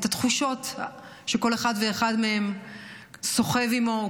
את התחושות שכל אחד ואחד מהם סוחב עימו.